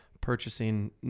purchasing